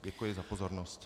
Děkuji za pozornost.